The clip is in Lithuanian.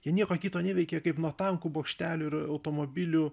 jie nieko kito neveikė kaip nuo tankų bokštelių ir automobilių